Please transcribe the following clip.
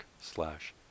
slash